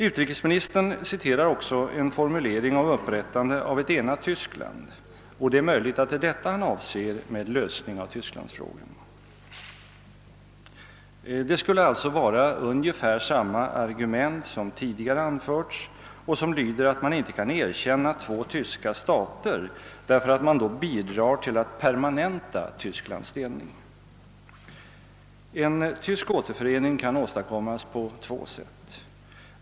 Utrikesministern citerar också en formulering om upprättande av ett enat Tyskland, och det är möjligt att det är detta han avser med en lösning av Tysklandsfrågan. Det skulle alltså vara ungefär samma argument som tidigare anförts och som lyder att man inte kan erkänna två tyska stater, därför att man då bidrar till att permanenta Tysklands delning. En tysk återförening kan åstadkommas på två sätt.